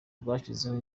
bwashyizeho